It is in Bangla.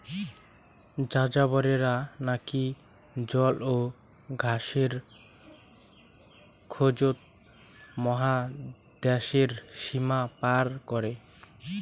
যাযাবরেরা নাকি জল ও ঘাসের খোঁজত মহাদ্যাশের সীমা পার করে